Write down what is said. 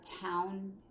town